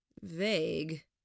Vague